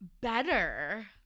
better